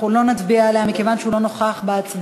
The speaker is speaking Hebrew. אנחנו לא נצביע עליה מכיוון שהוא לא נוכח בהצבעה,